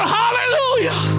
hallelujah